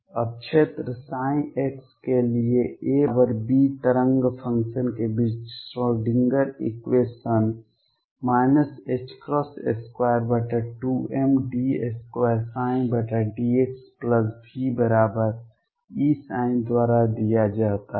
अब क्षेत्र x के लिए a और b तरंग फ़ंक्शन के बीच श्रोडिंगर इक्वेशन 22md2dxVEψ द्वारा दिया जाता है